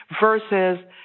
versus